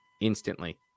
Instantly